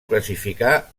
classificar